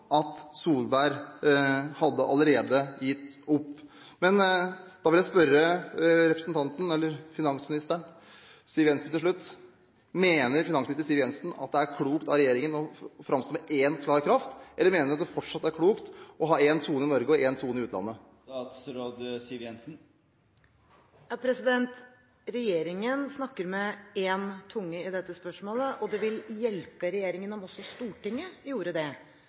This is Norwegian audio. at statsminister Solberg allerede hadde gitt opp. Da vil jeg spørre finansminister Siv Jensen til slutt: Mener finansminister Siv Jensen at det er klokt av regjeringen å framstå med en klar kraft, eller mener hun at det fortsatt er klokt å ha én tone i Norge og én tone i utlandet? Regjeringen snakker med én tunge i dette spørsmålet, og det vil hjelpe regjeringen om også Stortinget gjorde det.